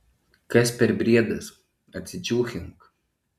kas per briedas atsičiūchink